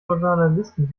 journalisten